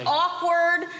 awkward